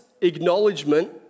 acknowledgement